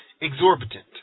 exorbitant